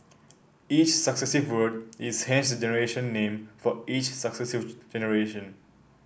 each successive word is hence the generation name for each successive generation